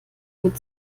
gut